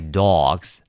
dog's